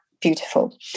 beautiful